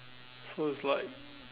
so it's like